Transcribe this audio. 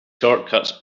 shortcuts